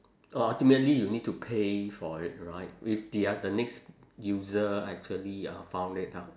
orh ultimately you need to pay for it right if the oth~ the next user actually uh file it up